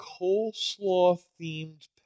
coleslaw-themed